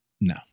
no